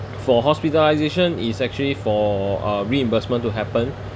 for hospitalisation it's actually for uh reimbursement to happen